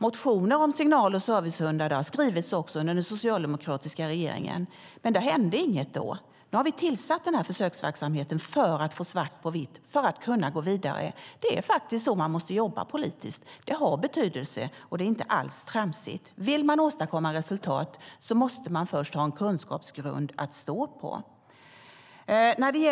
Motioner om signal och servicehundar har skrivits också under socialdemokratiska regeringar, men det hände inget då. Nu har vi startat en försöksverksamhet för att få svart på vitt för att kunna gå vidare. Det är så man måste jobba politiskt. Det har betydelse, och det är inte alls tramsigt. Vill man åstadkomma resultat måste man först ha en kunskapsgrund att stå på.